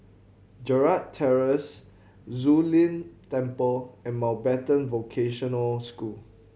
Gerald Terrace Zu Lin Temple and Mountbatten Vocational School